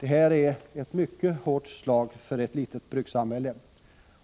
Detta skulle vara ett mycket hårt slag för ett litet brukssamhälle.